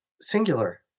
singular